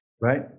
Right